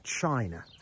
China